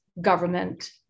government